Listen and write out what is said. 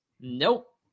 Nope